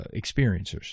experiencers